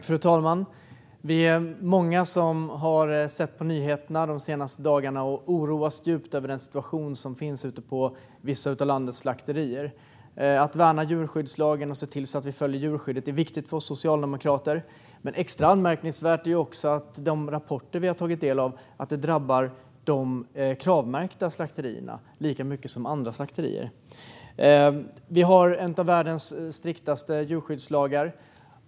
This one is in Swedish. Fru talman! Vi är många som har sett på nyheterna de senaste dagarna och oroats djupt över den situation som finns ute på vissa av landets slakterier. Att värna djurskyddslagen och se till att vi följer djurskyddet är viktigt för oss socialdemokrater. Extra anmärkningsvärt är också de rapporter som vi har tagit del av om att det drabbar de Kravmärkta slakterierna lika mycket som andra slakterier. Vi har en av världens striktaste djurskyddslagar.